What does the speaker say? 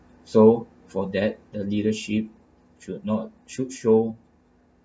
so for that the leadership should not should show